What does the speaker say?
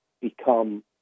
become